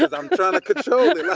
cause i'm trying to control it! i